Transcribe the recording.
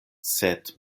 sed